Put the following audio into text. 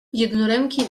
jednoręki